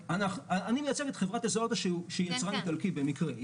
אני מייצג את חברת Esaote שהיא יצרן איטלקי במקרה.